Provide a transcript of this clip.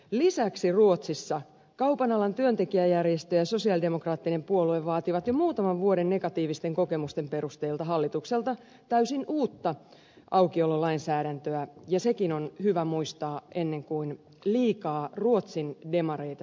lisäksi ruotsissa kaupan alan työntekijäjärjestö ja sosialidemokraattinen puolue vaativat jo muutaman vuoden negatiivisten kokemusten perusteella hallitukselta täysin uutta aukiololainsäädäntöä ja sekin on hyvä muistaa ennen kuin liikaa ruotsin demareita syyllistetään